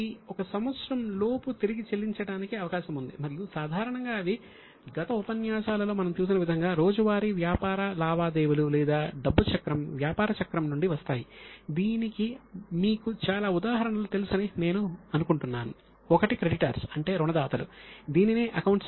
ఇవి 1 సంవత్సరంలోపు తిరిగి చెల్లించటానికి అవకాశం ఉంది మరియు సాధారణంగా అవి గత ఉపన్యాసాలలో మనం చూసిన విధంగా రోజువారీ వ్యాపార లావాదేవీలు లేదా డబ్బు చక్రంవ్యాపార చక్రం